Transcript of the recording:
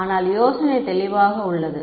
ஆனால் யோசனை தெளிவாக உள்ளது